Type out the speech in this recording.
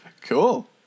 Cool